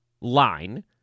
line